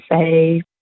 say